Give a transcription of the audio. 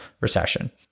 recession